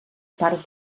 part